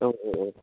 औ औ औ